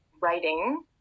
writing